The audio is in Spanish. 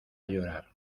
llorar